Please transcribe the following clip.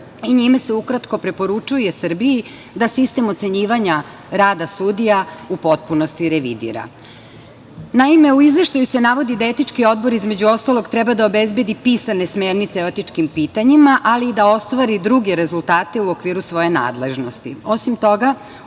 i njime se ukratko preporučuje Srbiji da sistem ocenjivanja rada sudija u potpunosti revidira. Naime, u izveštaju se navodi da Etički odbor između ostalog treba da obezbedi pisane smernice o etičkim pitanjima, ali i da ostvari druge rezultate u okviru svoje nadležnosti.